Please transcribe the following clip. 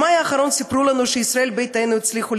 במאי האחרון סיפרו לנו שישראל ביתנו הצליחו